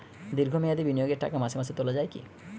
দীর্ঘ মেয়াদি বিনিয়োগের টাকা মাসে মাসে তোলা যায় কি?